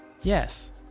Yes